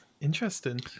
Interesting